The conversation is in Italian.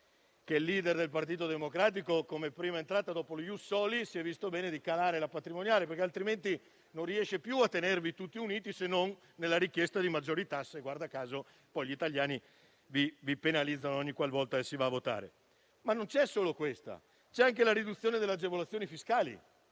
che il *leader* del Partito Democratico, come prima uscita, dopo lo *ius soli*, ha pensato bene di calarla, altrimenti non riesce più a tenervi tutti uniti, se non nella richiesta di maggiori tasse (guarda caso poi gli italiani vi penalizzano, ogniqualvolta si va a votare). Ma non c'è solo questa. C'è anche la riduzione delle agevolazioni fiscali;